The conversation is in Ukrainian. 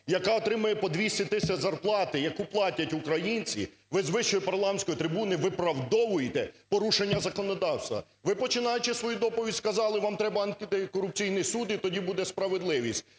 яка отримує по 200 тисяч зарплати, яку платять українці, ви з вищої парламентської трибуни виправдовуєте порушення законодавства. Ви, починаючи свою доповідь, сказали, вам треба Антикорупційний суд і тоді буде справедливість.